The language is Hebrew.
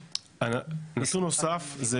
נתון נוסף זה